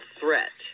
threat